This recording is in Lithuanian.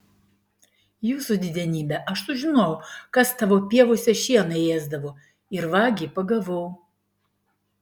jūsų didenybe aš sužinojau kas tavo pievose šieną ėsdavo ir vagį pagavau